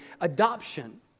adoption